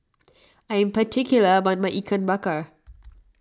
I am particular about my Ikan Bakar